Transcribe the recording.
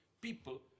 people